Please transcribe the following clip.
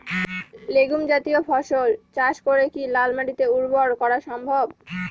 Legume জাতীয় ফসল চাষ করে কি লাল মাটিকে উর্বর করা সম্ভব?